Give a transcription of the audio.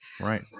Right